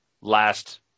last